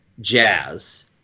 Jazz